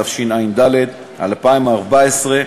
התשע"ד 2014,